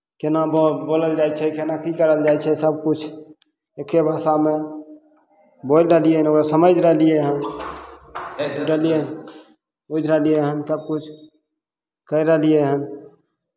केना बो बोलल जाइ छै केना की करल जाइ छै सभकिछु एक्के भाषामे बोलि रहलियै हन ओकरा समझि रहलियै हन बुझलियै बुझि रहलियै हन सभ किछु करि रहलियै हन